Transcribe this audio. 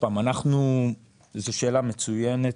זו שאלה מצוינת,